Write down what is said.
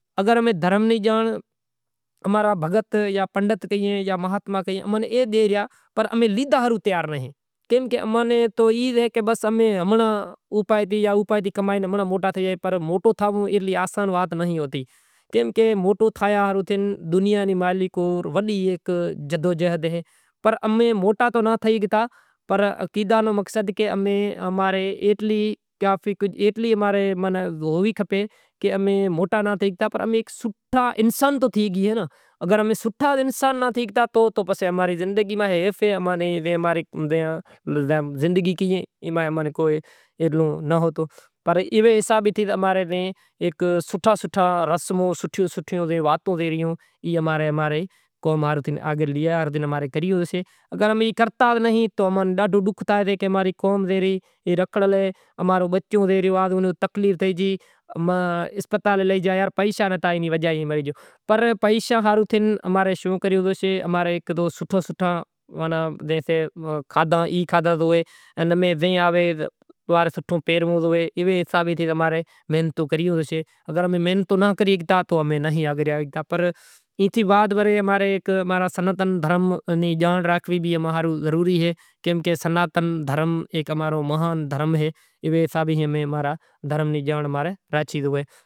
تو محنت نو پھل ریو اے جلد ناں آوتو پر میٹھو ہوئے۔ محنت میں سوٹھا نام کمانوڑا اے پسے سوکراں نی دیکھ بھال کراں ایئاں ناں کوئی اسکول میہکاں وری ایئے ناں ہاتھ مونڈو دھراڑاں وری وردیوں پھراواں وری اسکول ماں تھے آوے وڑی ٹوشنے زائے۔ وری ٹوشنے تھے آوے تو روٹلا آلاں وری بہاری کاڈھے وڑی ہوئاں ای بدہو ای کراں وڑی سوکرا سے وڑی کو امیں مزوری کروا کوئی زایاں کوئی اکپہہ بپہہ سونڈاں وڑی مشکل وقت ہوئے او کاڈھنڑو پڑے کوئی پالک بالک ہوئے ای کاڈھاں کوئی ڈونگری ہائے او کاڈھوا زایاں بدہو ئی اماں مزوری کراں۔ ہیک زانڑے نی کمائی ماں کوئی پورو تھاتو نتھی۔ کوئی بیماری سیماری سے کوئی دوا بوا ڈیئاں ای بدہو ئی کوئی مزوری کراں آدمی کوئی ہیک زنڑو کمائی آڑو سے تو داہ زنڑاں کھانڑ آڑا سیں پسے ہیک نی کمائی ماں پوری ناں تھاتی تو امیں مزوری کراں ساں۔ سوکراں ناں بھنڑاواں ساں تو کہاں کہ ایئاں ناں نوکری زڑسے تو بھنڑاوے رہاساں۔ امیں نتھی بھنڑیو کئی سوکراں ناں بھنڑاساں تو ای موٹا تھاشیں تو ایئاں نیں نوکری زڑشے تو ائے نی سہولیت کراں، آخر ایئے ناں پرنڑاوساں۔